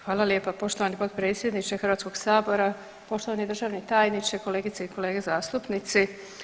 Hvala lijepa, poštovani potpredsjedniče Hrvatskog sabora, poštovani državni tajniče, kolegice i kolege zastupnici.